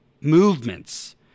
movements